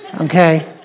Okay